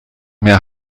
mehr